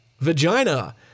vagina